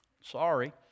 Sorry